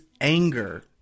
anger